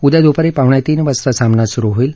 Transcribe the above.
उद्या दुपारी पावणेतीन वाजता सामना सुरु होईल